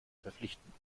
verpflichtend